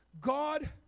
God